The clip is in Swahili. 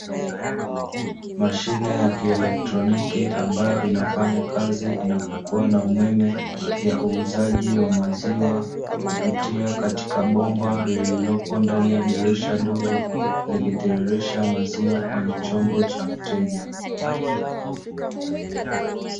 Mashine ya kielektroniki ambayo inafanya kazi inapokuwa na umeme ya uuzaji wa maziwa kupitia katika bomba lililopo ndani ya dirisha dogo, likitiririsha maziwa kwenye chombo cha mteja.